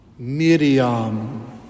Miriam